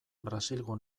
brasilgo